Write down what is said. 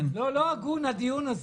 לא הגון הדיון הזה.